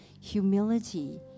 humility